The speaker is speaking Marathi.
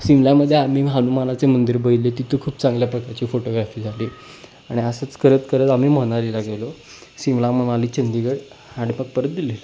शिमल्यामध्ये आम्ही मग हनुमानाचे मंदिर बघितले तिथं खूप चांगल्या प्रकारची फोटोग्राफी झाली आणि असंच करत करत आम्ही मनालीला गेलो शिमला मनाली चंदीगड आणि मग परत दिल्ली